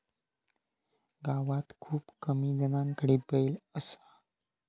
गावात खूप कमी जणांकडे बैल असा